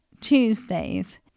Tuesdays